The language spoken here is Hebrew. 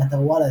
באתר וואלה,